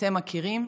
שאתם מכירים,